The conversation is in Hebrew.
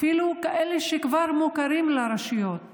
אפילו כאלה שכבר מוכרים לרשויות